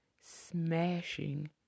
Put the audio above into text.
smashing